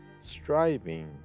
striving